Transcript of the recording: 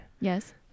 Yes